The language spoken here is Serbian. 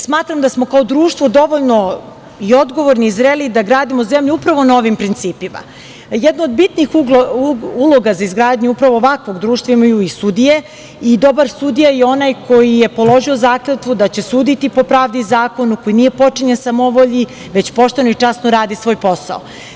Smatram da smo kao društvo odgovorni i zreli da gradimo zemlju upravo na ovim principima, i jedna od bitnih uloga za izgradnju upravo ovakvog društva imaju sudije, i dobar sudija je onaj koji je položio zakletvu da će suditi po pravdi i zakonu, koji nije potčinjen samovolji, već pošteno i časno radi svoj posao.